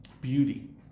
beauty